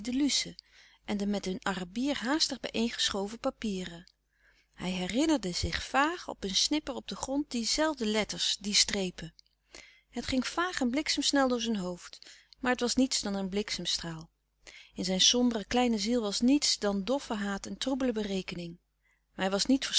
luce en de met een arabier haastig bijeen geschoven papieren hij herinnerde zich vaag op een snip per op den grond die zelfde letters die strepen het ging vaag en bliksemsnel door zijn hoofd maar het was niets dan een bliksemstraal in zijn sombere kleine ziel was niets dan doffe haat en troebele berekening maar hij was niet